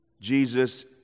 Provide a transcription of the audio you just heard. Jesus